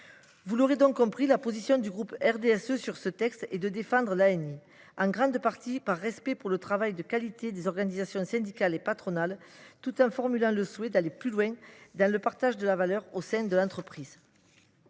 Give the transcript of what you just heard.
vous aurez compris la position des membres du RDSE sur ce texte : nous défendons l’ANI, en grande partie par respect pour le travail de qualité des organisations syndicales et patronales, tout en formulant le souhait que l’on puisse aller plus loin dans le partage de la valeur au sein de l’entreprise.